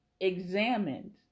examined